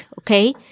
Okay